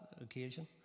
occasion